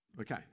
Okay